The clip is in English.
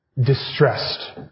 distressed